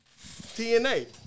TNA